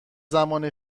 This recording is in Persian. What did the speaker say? زمان